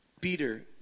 Peter